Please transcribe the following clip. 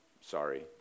sorry